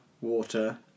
water